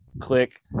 click